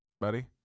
buddy